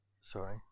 sorry